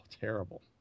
terrible